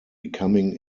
becoming